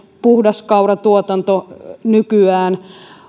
puhdaskauratuotanto nykyään